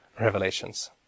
revelations